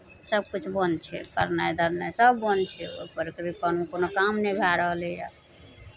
सभकिछु बन्द छै करनाइ धरनाइ सभ बन्द छै ओकर बिना कोनो काम नहि भए रहलैए